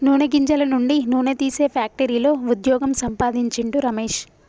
నూనె గింజల నుండి నూనె తీసే ఫ్యాక్టరీలో వుద్యోగం సంపాందించిండు రమేష్